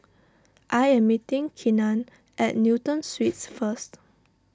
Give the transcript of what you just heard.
I am meeting Kenan at Newton Suites first